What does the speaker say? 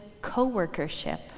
co-workership